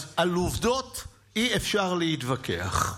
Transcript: אז על עובדות אי-אפשר להתווכח.